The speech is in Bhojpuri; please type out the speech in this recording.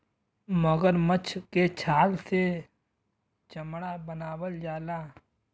मगरमच्छ के छाल से चमड़ा बनावल जाला